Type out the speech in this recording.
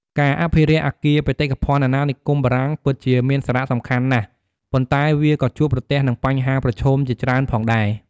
ការអភិរក្សអគារបេតិកភណ្ឌអាណានិគមបារាំងពិតជាមានសារៈសំខាន់ណាស់ ប៉ុន្តែវាក៏ជួបប្រទះនឹងបញ្ហាប្រឈមជាច្រើនផងដែរ។